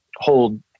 hold